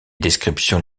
descriptions